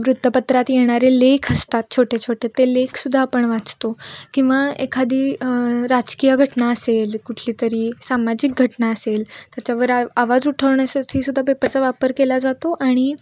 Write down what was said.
वृत्तपत्रात येणारे लेख असतात छोटे छोटे ते लेख सुद्धा आपण वाचतो किंवा एखादी राजकीय घटना असेल कुठली तरी सामाजिक घटना असेल त्याच्यावर आ आवाज उठवण्यासाठी सुद्धा पेपरचा वापर केला जातो आणि